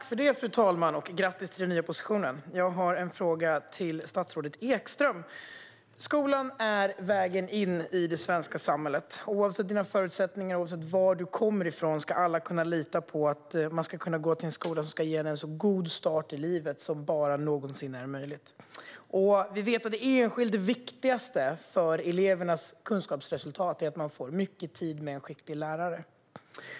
Fru talman! Grattis till den nya positionen! Jag har en fråga till statsrådet Ekström. Skolan är vägen in i det svenska samhället. Oavsett ens förutsättningar och oavsett varifrån man kommer ska alla kunna lita på att man kan gå till en skola som ska ge en så god start i livet som det bara någonsin är möjligt. Vi vet att det enskilt viktigaste för elevernas kunskapsresultat är att man får mycket tid med en skicklig lärare.